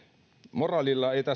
moraalilla ei